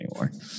anymore